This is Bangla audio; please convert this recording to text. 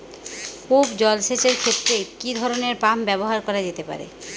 কূপ জলসেচ এর ক্ষেত্রে কি ধরনের পাম্প ব্যবহার করা যেতে পারে?